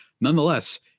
Nonetheless